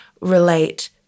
relate